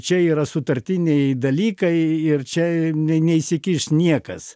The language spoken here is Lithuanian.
čia yra sutartiniai dalykai ir čia ne neįsikiš niekas